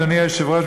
אדוני היושב-ראש,